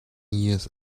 years